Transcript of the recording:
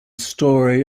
story